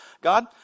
God